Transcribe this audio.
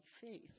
faith